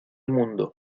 mundo